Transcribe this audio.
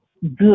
good